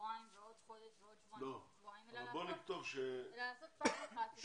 שבועיים ועוד חודש ועוד שבועיים אלא לעשות פעם אחת.